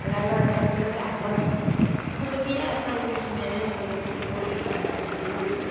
rugged कर खौइचा हट गया हट गया तो उसमें से लोग धो लेता है धोकर